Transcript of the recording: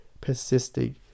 Persisting